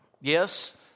Yes